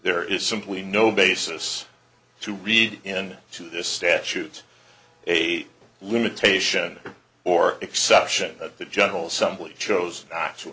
there is simply no basis to read in to this statute a limitation or exception of the general somebody chose not to